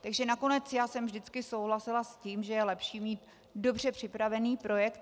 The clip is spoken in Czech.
Takže nakonec já jsem vždycky souhlasila s tím, že je lepší mít dobře připravený projekt.